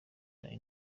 dany